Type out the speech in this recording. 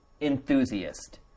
enthusiast